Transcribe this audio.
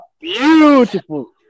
Beautiful